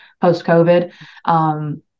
post-COVID